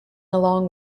along